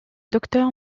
docteur